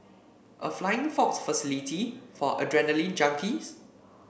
a flying fox facility for adrenaline junkies